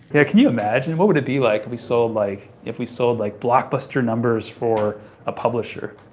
yeah, can you imagine? what would it be like if we sold like, if we sold like blockbuster numbers for a publisher?